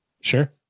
Sure